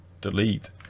delete